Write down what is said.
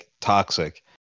toxic